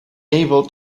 able